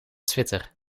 twitter